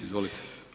Izvolite.